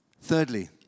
Thirdly